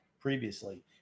previously